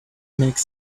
make